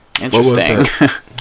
interesting